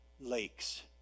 lakes